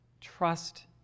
Trust